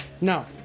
No